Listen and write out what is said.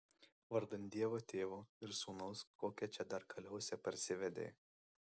vardan dievo tėvo ir sūnaus kokią čia dar kaliausę parsivedei